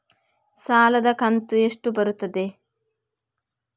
ಸಾಲದ ಕಂತು ಎಷ್ಟು ಬರುತ್ತದೆ?